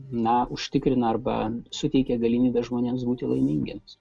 na užtikrina arba suteikia galimybę žmonėms būti laimingiems